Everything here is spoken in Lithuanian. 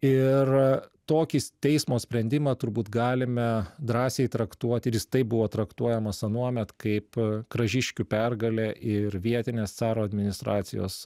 ir tokį teismo sprendimą turbūt galime drąsiai traktuoti ir jis taip buvo traktuojamas anuomet kaip kražiškių pergalė ir vietinės caro administracijos